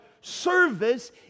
service